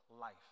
life